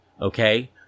okay